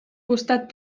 costat